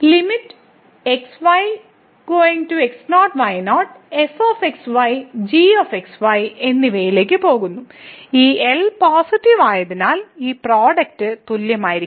limit x y x 0 y 0 f x y g x y എന്നിവയിലേക്ക് പോകുന്നു ഈ L positive ആയതിനാൽ ഈ പ്രോഡക്റ്റ് തുല്യമായിരിക്കും